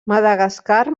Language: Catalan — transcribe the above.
madagascar